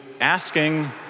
asking